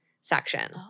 section